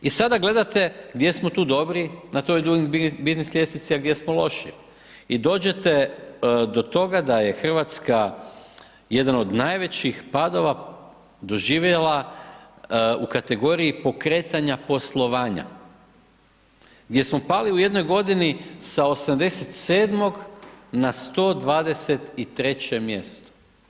I sada gledate gdje smo tu dobri na toj Duing biznis ljestvici, a gdje smo loši i dođete do toga da je Hrvatska jedan od najvećih padova doživjela u kategoriji pokretanja poslovanja, gdje smo pali u jednoj godini sa 87 na 123 mjesto.